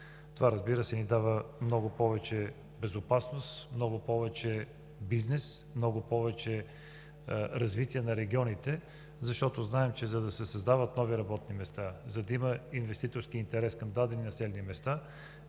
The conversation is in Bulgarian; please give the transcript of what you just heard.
Това, разбира се, ни дава много повече безопасност, много повече бизнес, много повече развитие на регионите, защото знаем, че за да се създават нови работни места, за да има инвеститорски интерес към дадени населени места,